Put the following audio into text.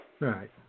Right